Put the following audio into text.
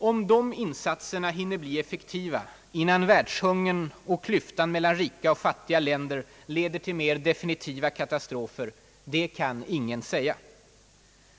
Om dessa insatser hinner bli effektiva innan världshungern och klyftan mellan rika och fattiga länder leder till mer definitiva katastrofer kan ingen säga.